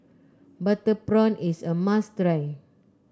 Butter Prawn is a must try